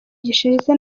gishize